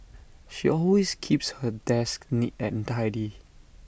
she always keeps her desk neat and tidy